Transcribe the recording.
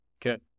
Good